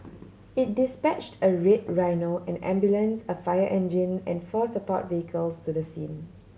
it dispatched a Red Rhino an ambulance a fire engine and four support vehicles to the scene